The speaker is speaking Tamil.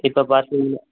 இப்போ பார்த்தீங்கன்னா